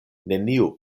neniu